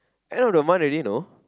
end of the month already know